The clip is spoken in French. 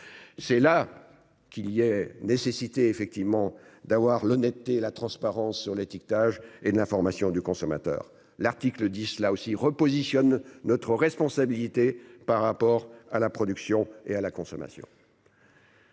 C'est là qu'il y ait nécessité effectivement d'avoir l'honnêteté, la transparence sur l'étiquetage et d'information du consommateur. L'article dit cela aussi repositionne notre responsabilité par rapport à la production et à la consommation.